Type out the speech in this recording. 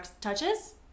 touches